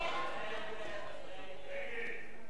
ההצעה להסיר מסדר-היום